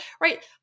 right